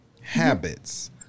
habits